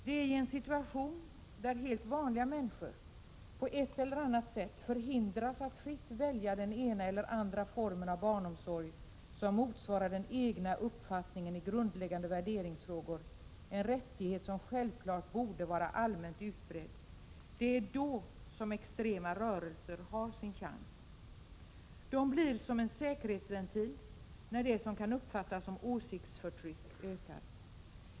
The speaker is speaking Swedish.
Det är en situation där helt vanliga människor på ett eller annat sätt förhindras att fritt välja den ena eller andra formen av barnomsorg, som motsvarar den egna uppfattningen i grundläggande värderingsfrågor. Det är en rättighet som självfallet borde vara allmänt utbredd. I sådana situationer har extrema rörelser sin chans. De blir som en säkerhetsventil när det som kan uppfattas som åsiktsförtryck ökar.